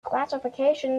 classification